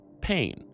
pain